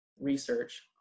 research